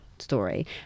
story